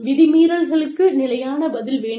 விதி மீறல்களுக்கு நிலையான பதில் வேண்டும்